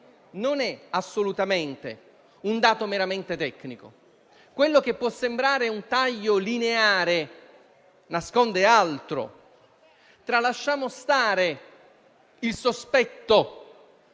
non è assolutamente un dato meramente tecnico; quello che può sembrare un taglio lineare nasconde altro. Lasciamo stare il sospetto